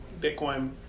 bitcoin